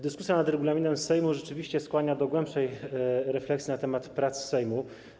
Dyskusja nad regulaminem Sejmu rzeczywiście skłania do głębszej refleksji na temat prac Sejmu.